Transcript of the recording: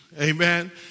Amen